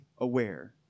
aware